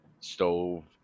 stove